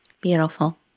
Beautiful